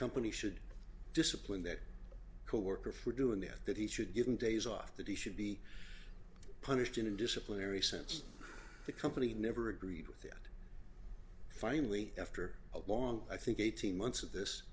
company should discipline that coworker for doing that that he should give them days off that he should be punished in a disciplinary sense the company never agreed with it finally after a long i think eighteen months of this